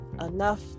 enough